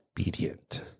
obedient